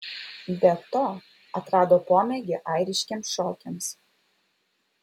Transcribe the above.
be to atrado pomėgį airiškiems šokiams